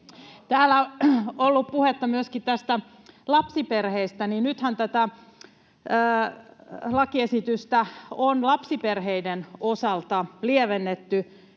Täällä on ollut puhetta myöskin lapsiperheistä. Nythän tätä lakiesitystä on lapsiperheiden osalta lievennetty,